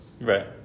Right